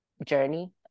journey